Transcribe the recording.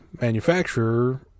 manufacturer